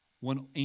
One